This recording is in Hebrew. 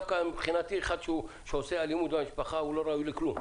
דווקא אחד שהוא אלים במשפחה לא ראוי לכלום.